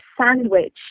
sandwich